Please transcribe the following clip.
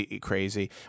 crazy